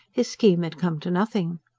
his scheme had come to nothing.